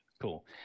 cool